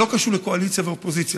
זה לא קשור לקואליציה ואופוזיציה.